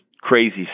crazy